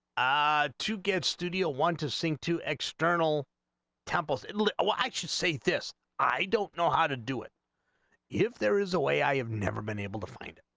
i two get studio one to sing two external temples and look what i two c this i don't know how to do what if there is a way i have never been able to find